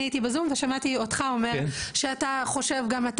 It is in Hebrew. אני הייתי בזום ושמעתי אותך אומר שאתה חושב גם אתה